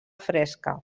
fresca